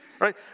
right